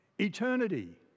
Eternity